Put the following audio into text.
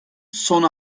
son